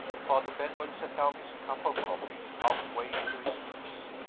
father benwell set down his cup of coffee, half way to his lips.